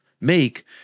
make